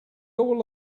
all